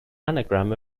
anagram